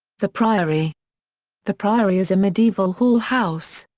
the priory the priory is a medieval hall house.